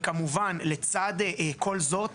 לצד כל זאת,